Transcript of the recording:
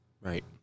Right